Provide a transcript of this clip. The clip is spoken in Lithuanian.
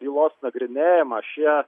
bylos nagrinėjimą šie